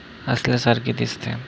असल्यासारखे दिसते